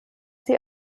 sie